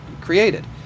created